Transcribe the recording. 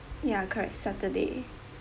ya correct saturday